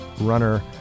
runner